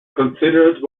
considered